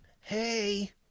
Hey